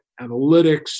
analytics